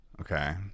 okay